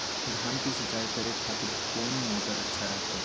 धान की सिंचाई करे खातिर कौन मोटर अच्छा रहतय?